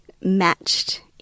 matched